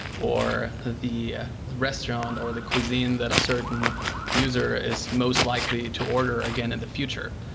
or the ah restaurant, or the cuisine that a certain user is most likely to order again in the future.